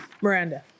Miranda